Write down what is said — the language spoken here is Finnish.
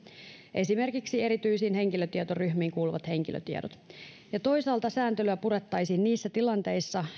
esimerkiksi erityisiin henkilötietoryhmiin kuuluviin henkilötietoihin ja toisaalta sääntelyä purettaisiin niissä tilanteissa